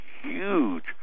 huge